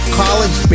college